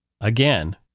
again